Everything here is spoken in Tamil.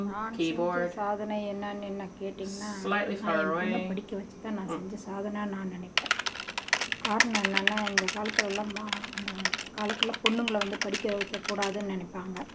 நான் செஞ்ச சாதனை என்னென்னு என்ன கேட்டிங்கனால் நான் என் பொண்ணை படிக்க வைச்சத நான் செஞ்ச சாதனைன்னு நான் நினப்பேன் காரணம் என்னென்ன இந்த காலத்துலெலாம் அந்த காலத்தில் பொண்ணுங்களை வந்து படிக்க வைக்க கூடாதுன்னு நினப்பாங்க